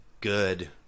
good